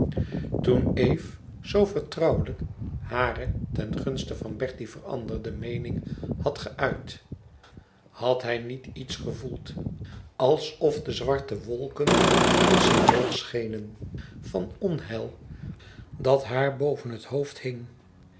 toen eve zoo vertrouwelijk hare ten gunste van bertie veranderde meening had geuit had hij niet iets gevoeld alsof de zwarte wolken een symbool schenen van onheil dat haar boven het hoofd hing